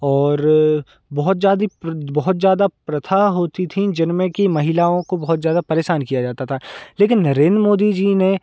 और बहुत ज्यादी प्रद बहुत ज़्यादा प्रथा होती थीं जिनमें कि महिलाओं को बहुत ज़्यादा परेशान किया जाता था लेकिन नरेंद्र मोदी जी ने